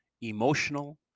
emotional